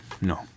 No